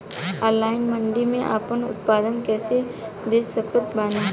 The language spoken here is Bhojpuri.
ऑनलाइन मंडी मे आपन उत्पादन कैसे बेच सकत बानी?